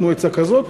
תנו עצה כזאת,